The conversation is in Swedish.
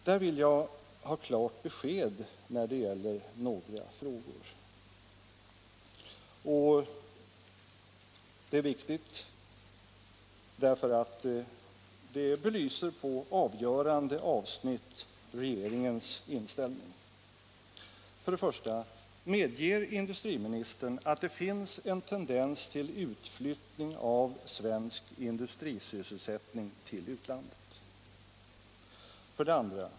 Där vill jag ha klart besked när det gäller några frågor, och det är viktigt, därför att de belyser på avgörande avsnitt regeringens inställning: 1. Medger industriministern att det finns en tendens till utflyttning av svensk industrisysselsättning till utlandet? 2.